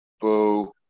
boo